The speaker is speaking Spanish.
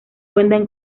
cuenta